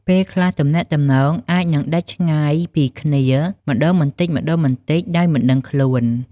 ពេលខ្លះ ទំនាក់ទំនងអាចនឹងដាច់ឆ្ងាយពីគ្នាម្ដងបន្តិចៗដោយមិនដឹងខ្លួន។